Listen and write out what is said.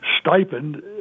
stipend